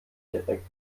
direkt